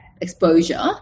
exposure